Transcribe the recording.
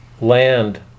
land